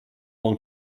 long